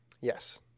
Yes